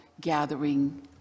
gathering